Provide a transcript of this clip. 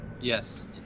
Yes